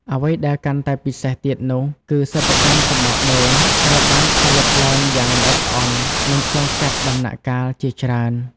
អ្វីដែលកាន់តែពិសេសទៀតនោះគឺ សិប្បកម្មសំបកដូង ត្រូវបានផលិតឡើងយ៉ាងល្អិតល្អន់ និងឆ្លងកាត់ដំណាក់កាលជាច្រើន។